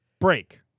break